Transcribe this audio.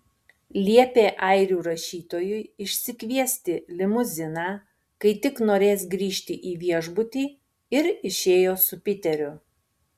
liepė airių rašytojui išsikviesti limuziną kai tik norės grįžti į viešbutį ir išėjo su piteriu